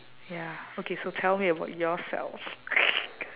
ya okay so tell me about yourself